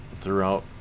throughout